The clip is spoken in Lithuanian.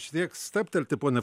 šiek tiek stabtelti ponia